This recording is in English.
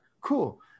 Cool